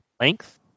length